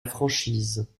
franchise